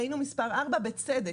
היינו מספר ארבע בצדק.